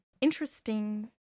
interesting